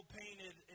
painted